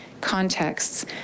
contexts